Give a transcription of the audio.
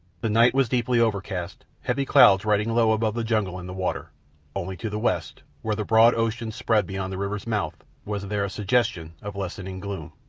the night was deeply overcast, heavy clouds riding low above the jungle and the water only to the west, where the broad ocean spread beyond the river's mouth, was there a suggestion of lessening gloom.